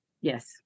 Yes